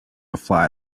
fly